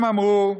הם אמרו,